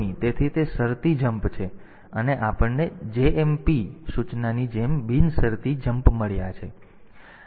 તેથી તે શરતી જમ્પ છે અને આપણને JMP સૂચનાની જેમ બિનશરતી જમ્પ મળ્યા છે